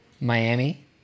Miami